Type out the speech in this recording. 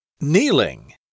Kneeling